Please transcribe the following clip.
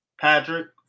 Patrick